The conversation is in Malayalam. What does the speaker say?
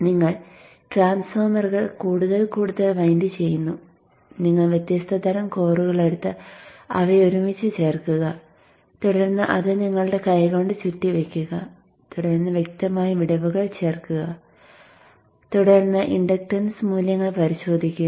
നിങ്ങൾ ട്രാൻസ്ഫോർമറുകൾ കൂടുതൽ കൂടുതൽ വിൻഡ് ചെയ്യുന്നു നിങ്ങൾ വ്യത്യസ്ത തരം കോറുകൾ എടുത്ത് അവയെ ഒരുമിച്ച് ചേർക്കുക തുടർന്ന് അത് നിങ്ങളുടെ കൈകൊണ്ട് ചുറ്റി വയ്ക്കുക തുടർന്ന് വ്യക്തമായ വിടവുകൾ ചേർക്കുക തുടർന്ന് ഇൻഡക്ടൻസ് മൂല്യങ്ങൾ പരിശോധിക്കുക